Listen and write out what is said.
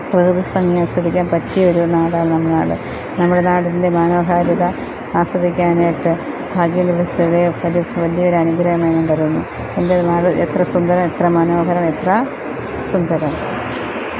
പ്രകൃതി ഭംഗി ആസ്വദിക്കാൻ പറ്റിയ ഒരു നാടാണ് നമ്മുടെ നാട് നമ്മുടെ നാടിൻ്റെ മനോഹാരിത ആസ്വദിക്കാനായിട്ട് ഭാഗ്യം ലഭിച്ചത് ഒരു വലിയ ഒരു അനുഗ്രഹമായി ഞാൻ കരുതുന്നു എൻ്റെ നാട് എത്ര സുന്ദരം എത്ര മനോഹരം എത്ര സുന്ദരം